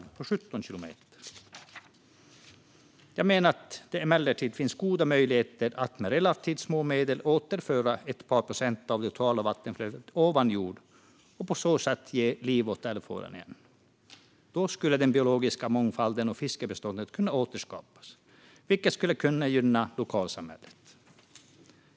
Den är 17 kilometer lång. Jag menar emellertid att det finns goda möjligheter att med relativt små medel återföra ett par procent av det totala vattenflödet ovan jord och på så sätt ge liv åt älvfåran igen. Då skulle den biologiska mångfalden och fiskbeståndet kunna återskapas, vilket skulle gynna lokalsamhället.